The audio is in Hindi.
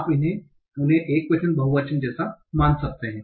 आप उन्हें एकवचन बहुवचन जैसा मान सकते हैं